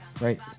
Right